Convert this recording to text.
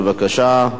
בבקשה.